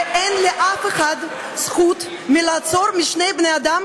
ואין לאף אחד זכות לעצור שני בני-אדם